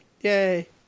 Yay